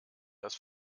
das